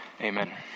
Amen